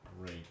Great